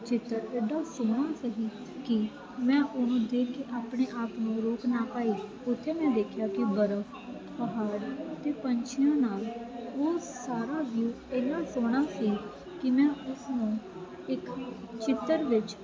ਚਿੱਤਰ ਐਡਾ ਸੋਹਣਾ ਸਹੀ ਕਿ ਮੈਂ ਉਹਨੂੰ ਦੇਖ ਕੇ ਆਪਣੇ ਆਪ ਨੂੰ ਰੋਕ ਨਾ ਪਾਈ ਉੱਥੇ ਮੈਂ ਦੇਖਿਆ ਕਿ ਬਰਫ਼ ਪਹਾੜ ਅਤੇ ਪੰਛੀਆਂ ਨਾਲ ਉਹ ਸਾਰਾ ਵਿਊ ਇੰਨਾ ਸੋਹਣਾ ਸੀ ਕਿ ਮੈਂ ਉਸ ਨੂੰ ਇੱਕ ਚਿੱਤਰ ਵਿੱਚ